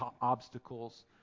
obstacles